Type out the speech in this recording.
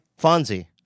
Fonzie